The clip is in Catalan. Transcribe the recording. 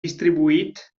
distribuït